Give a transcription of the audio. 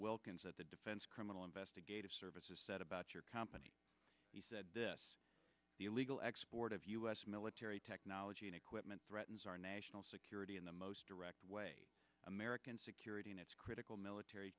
wilkins at the defense criminal investigative services said about your company he said this the illegal export of u s military technology and equipment threatens our national security in the most direct way american security and its critical military